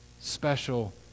special